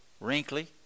wrinkly